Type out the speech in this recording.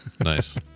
Nice